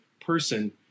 person